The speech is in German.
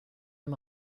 dem